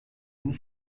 günü